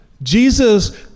Jesus